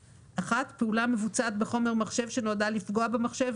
(1)פעולה המבוצעת בחומר מחשב שנועדה לפגוע במחשב,